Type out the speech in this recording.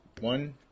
One